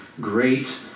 great